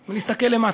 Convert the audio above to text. הצוואר מלהסתכל למטה,